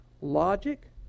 logic